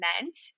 meant